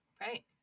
Right